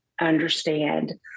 understand